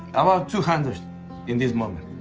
about two hundred in this moment.